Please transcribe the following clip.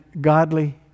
godly